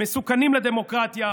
מסוכנים לדמוקרטיה,